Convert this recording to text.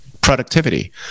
productivity